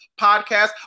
podcast